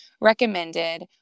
recommended